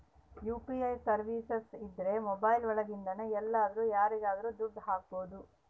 UPI services ಇದ್ರ mobile ಒಳಗಿಂದನೆ ಎಲ್ಲಾದ್ರೂ ಯಾರಿಗಾದ್ರೂ ದುಡ್ಡು ಹಕ್ಬೋದು